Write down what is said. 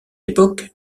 époque